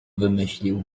wymyślił